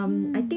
mm